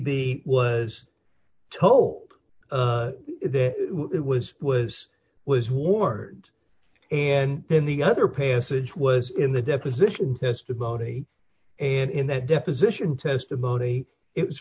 b was told it was was was war and then the other passage was in the deposition testimony and in that deposition testimony it was